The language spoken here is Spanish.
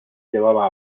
llevaba